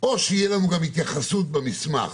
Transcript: או שתהיה לנו גם התייחסות במסמך